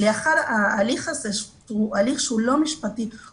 לאחר ההליך הזה שהוא הליך שהוא לא משפטי אלא